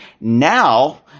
now